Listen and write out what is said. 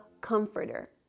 Comforter